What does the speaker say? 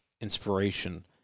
inspiration